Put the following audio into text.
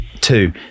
Two